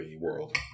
world